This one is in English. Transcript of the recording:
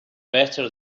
better